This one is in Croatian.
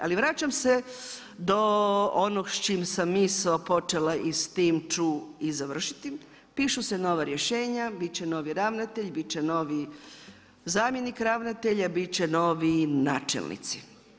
Ali vraćam se do onog s čim sam misao počela i s tim ću i završiti, pišu se nova rješenja, bit će novi ravnatelj, bit će novi zamjenik ravnatelja, bit će novi načelnici.